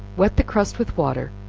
wet the crust with water,